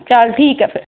ਚੱਲ ਠੀਕ ਆ ਫਿਰ